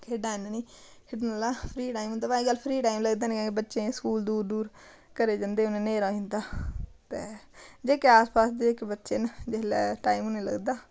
खेढां हैन नी खेढने आह्ला फ्री टाइम होंदा अज्जकल फ्री टाइम लगदा नी बच्चें गी स्कूल दूर दूर घरै जंदे गी उनें गी न्हेरा होई जंदा ते जेह्के आसपास दे जेह्के बच्चे न जेल्लै टाइम उनें गी लगदा